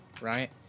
right